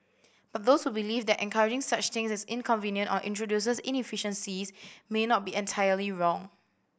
but those who believe that encouraging such things is inconvenient or introduces inefficiencies may not be entirely wrong